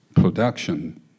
production